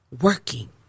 working